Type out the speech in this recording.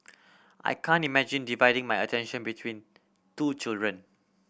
I can't imagine dividing my attention between two children